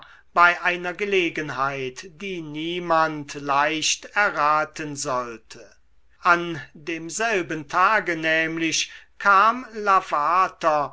bei einer gelegenheit die niemand leicht erraten sollte an demselben tage nämlich kam lavater